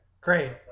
Great